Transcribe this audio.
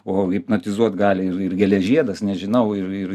o hipnotizuot gali ir ir gėlės žiedas nežinau ir ir